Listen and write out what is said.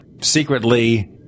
secretly